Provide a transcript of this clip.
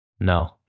No